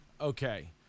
Okay